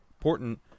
important